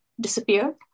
disappeared